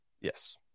Yes